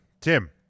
Tim